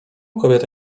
kobiety